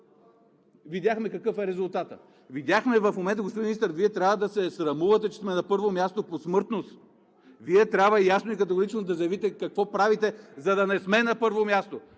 Видяхме какъв е резултатът. Видяхме! В момента, господин Министър, Вие трябва да се срамувате, че сме на първо място по смъртност. Вие трябва ясно и категорично да заявите какво правите, за да не сме на първо място.